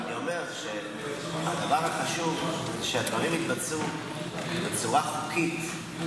אני אומר שהדבר החשוב הוא שהדברים יתבצעו בצורה חוקית,